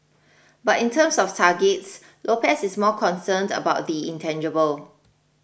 but in terms of targets Lopez is more concerned about the intangible